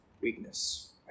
weakness